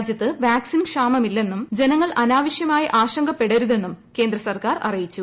രാജ്യത്ത് വാ്ക്സിന് ക്ഷാമമില്ലെന്നും ജനങ്ങൾ അനാവശ്യമായി ആശങ്കപ്പെടരുതെന്നും കേന്ദ്ര സർക്കാർ അറിയിച്ചു